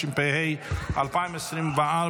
התשפ"ה 2024,